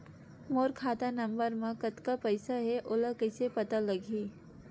मोर खाता नंबर मा कतका पईसा हे ओला कइसे पता लगी?